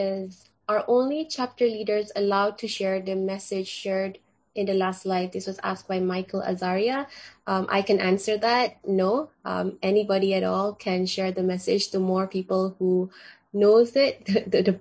is are only chapter leaders allowed to share the message shared in the last slide this was asked by michael azaria i can answer that no anybody at all can share the message the more people who knows it the